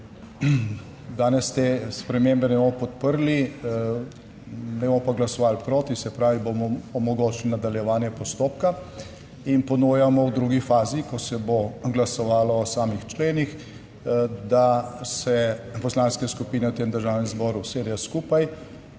danes te spremembe ne bomo podprli, ne bomo pa glasovali proti, se pravi, bomo omogočili nadaljevanje postopka in ponujamo v drugi fazi, ko se bo glasovalo o samih členih, da se poslanske skupine v tem Državnem zboru usedejo skupaj